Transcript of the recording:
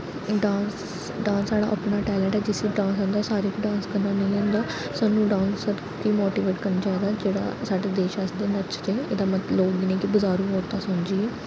dance dance साढ़ा अपना talent ऐ जिसी डांस औंदा सारें डांस करना नेईं औंदा साह्नू डांसर गी मोटीवेट करना चाहिदा जेह्ड़ा साढ़े देस आस्तै नचदे एह्दा मतलब लोक इ'नेंगी बजारू औरतां समझियै